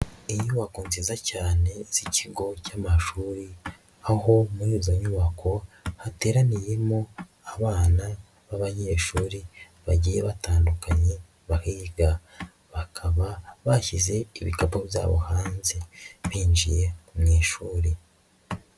Inyubako nziza cyane z'ikigo cy'amashuri, aho muri izo nyubako hateraniyemo abana b'abanyeshuri bagiye batandukanye bahiga, bakaba bashyize ibikapu byabo hanze binjiye mu ishuri.